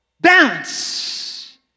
balance